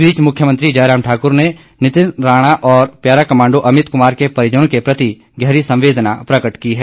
इस बीच मुख्यमंत्री जयराम ठाक्र ने नितिन राणा और पैराकमांडो अमित क्मार के परिजनों के प्रति गहरी संवेदना प्रकट की है